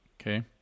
Okay